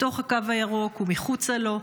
בתוך הקו הירוק ומחוצה לו,